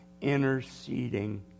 interceding